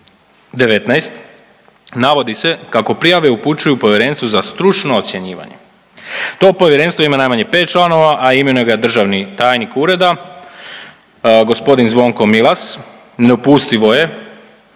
19. navodi se kako prijave upućuju Povjerenstvu za stručno ocjenjivanje. To povjerenstvo ima najmanje pet članova, a imenuje ga državni tajnik ureda g. Zvonko Milas. Nedopustivo je